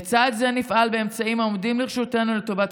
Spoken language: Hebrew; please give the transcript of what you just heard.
לצד זה נפעל באמצעים העומדים לרשותנו לטובת